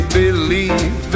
believe